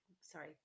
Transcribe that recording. sorry